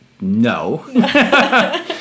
no